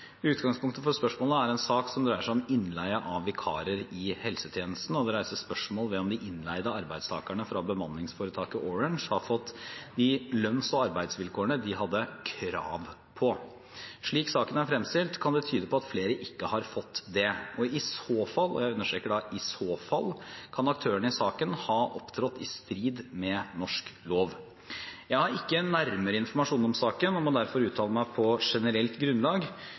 Utgangspunktet for spørsmålet er en sak som dreier seg om innleie av vikarer i helsetjenesten, og det reises spørsmål ved om de innleide arbeidstakerne fra bemanningsforetaket Orange har fått de lønns- og arbeidsvilkårene de hadde krav på. Slik saken er fremstilt, kan det tyde på at flere ikke har fått det. I så fall – jeg understreker i så fall – kan aktørene i saken ha opptrådt i strid med norsk lov. Jeg har ikke nærmere informasjon om saken og må derfor uttale meg på generelt grunnlag.